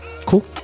Cool